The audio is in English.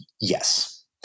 Yes